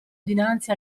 dinanzi